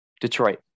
Detroit